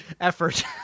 effort